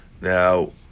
now